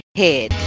head